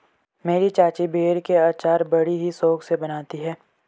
मेरी चाची बेर के अचार बड़ी ही शौक से बनाती है